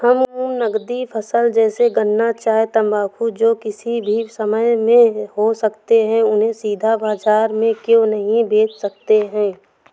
हम नगदी फसल जैसे गन्ना चाय तंबाकू जो किसी भी समय में हो सकते हैं उन्हें सीधा बाजार में क्यो नहीं बेच सकते हैं?